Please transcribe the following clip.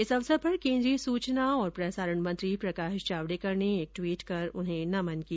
इस अवसर पर केन्द्रीय सूचना और प्रसारण मंत्री प्रकाश जावड़ेकर ने एक ट्वीट कर उन्हें नमन किया